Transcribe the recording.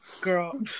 Girl